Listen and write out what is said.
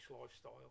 lifestyle